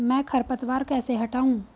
मैं खरपतवार कैसे हटाऊं?